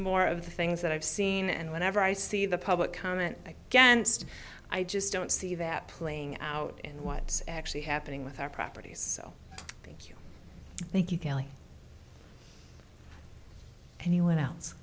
more of the things that i've seen and whenever i see the public comment against i just don't see that playing out in what's actually happening with our properties so thank you thank you kelly an